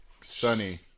sunny